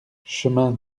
chemin